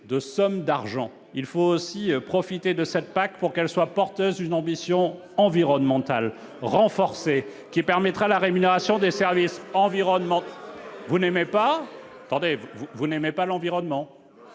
de sommes d'argent, il faut aussi profiter de cette PAC pour que celle-ci soit porteuse d'une ambition environnementale renforcée, permettant la rémunération des services environnementaux. Vous n'aimez pas l'environnement ?